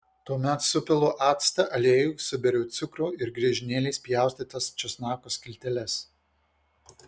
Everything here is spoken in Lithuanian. tuomet supilu actą aliejų suberiu cukrų ir griežinėliais pjaustytas česnako skilteles